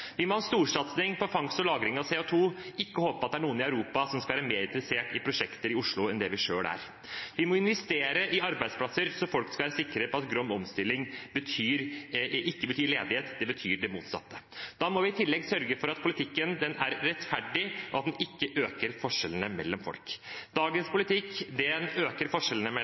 Vi må ha en storsatsing på fangst og lagring av CO 2 , ikke håpe at det er noen i Europa som skal være mer interessert i prosjekter i Oslo enn det vi selv er. Vi må investere i arbeidsplasser, så folk kan være sikre på at grønn omstilling ikke betyr ledighet, men betyr det motsatte. Da må vi i tillegg sørge for at politikken er rettferdig, og at den ikke øker forskjellene mellom folk. Dagens politikk øker forskjellene mellom